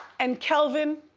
and kelvin.